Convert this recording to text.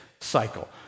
cycle